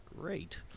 great